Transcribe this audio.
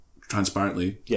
transparently